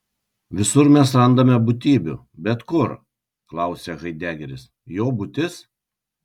visur mes randame būtybių bet kur klausia haidegeris jo būtis